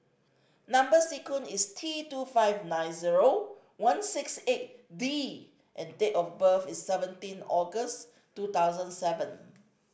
number sequence is T two five nine zero one six eight D and date of birth is seventeen August two thousand seven